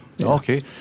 Okay